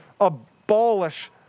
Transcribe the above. abolish